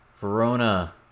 Verona